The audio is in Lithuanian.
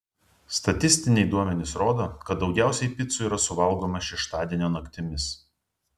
statistiniai duomenys rodo kad daugiausiai picų yra suvalgomą šeštadienio naktimis